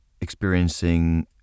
experiencing